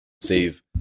save